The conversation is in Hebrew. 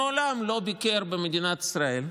מעולם לא ביקר במדינת ישראל,